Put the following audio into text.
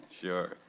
Sure